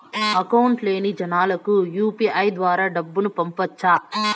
Account లేని జనాలకు UPI ద్వారా డబ్బును పంపొచ్చా?